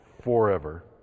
forever